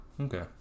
Okay